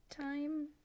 time